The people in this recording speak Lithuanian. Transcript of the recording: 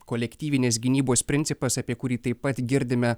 kolektyvinės gynybos principas apie kurį taip pat girdime